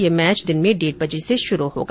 यह मैच दिन में डेढ़ बजे से शुरू होगा